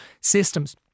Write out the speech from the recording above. systems